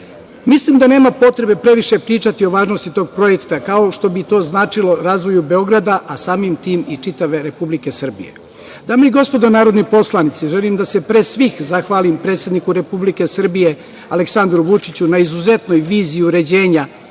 Mislim da nema potrebe previše pričati o važnosti tog projekta, kao što bi to značilo razvoju Beogradu, a samim tim i čitave Republike Srbije. Dame i gospodo narodni poslanici, želim da se pre svih zahvalim predsedniku Republike Srbije, Aleksandru Vučiću, na izuzetnoj viziji uređenja